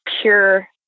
pure